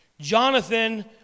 Jonathan